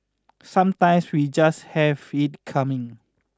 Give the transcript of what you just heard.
sometimes we just have it coming